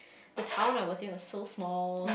the town I was in was so small